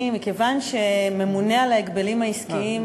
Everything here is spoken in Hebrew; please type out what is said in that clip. מכיוון שממונה על ההגבלים העסקיים,